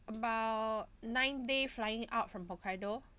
about ninth day flying out from hokkaido